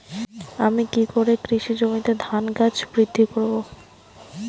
আমি কী করে কৃষি জমিতে ধান গাছ বৃদ্ধি করব?